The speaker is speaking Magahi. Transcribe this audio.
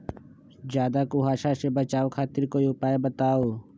ज्यादा कुहासा से बचाव खातिर कोई उपाय बताऊ?